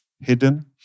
hidden